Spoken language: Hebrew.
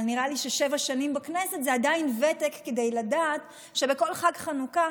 אבל נראה לי ששבע שנים בכנסת זה עדיין ותק כדי לדעת שלכל חג חנוכה,